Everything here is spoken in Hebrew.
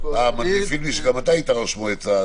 אומרים לי שגם אתה היית ראש מועצה.